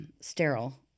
sterile